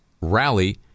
rally